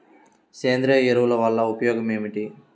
సేంద్రీయ ఎరువుల వల్ల ఉపయోగమేమిటీ?